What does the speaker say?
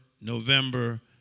November